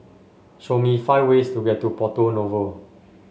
show me five ways to get to Porto Novo